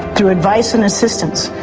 through advice and assistance,